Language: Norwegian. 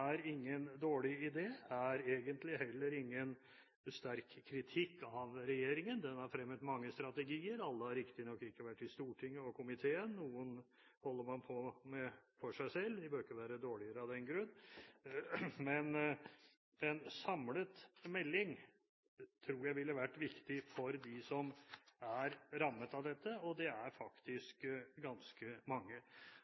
er ingen dårlig idé og er egentlig heller ingen sterk kritikk av regjeringen. Den har fremmet mange strategier. Alle har riktignok ikke vært i Stortinget og komiteen. Noen holder man på med for seg selv. De behøver ikke å være dårligere av den grunn. Men en samlet melding tror jeg ville vært viktig for dem som er rammet av dette, og det er